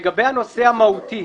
לגבי הנושא המהותי,